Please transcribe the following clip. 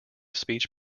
speech